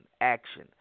action